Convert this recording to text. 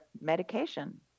medication